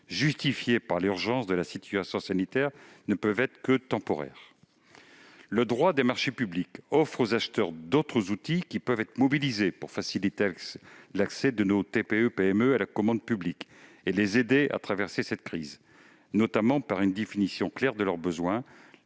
justifiées par l'urgence de la situation sanitaire, ne peuvent être que temporaires. Le droit des marchés publics offre aux acheteurs d'autres outils, qui peuvent être mobilisés pour faciliter l'accès de nos TPE-PME à la commande publique et les aider à traverser cette crise, notamment par une définition claire de leurs besoins,